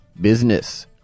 Business